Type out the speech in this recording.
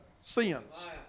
sins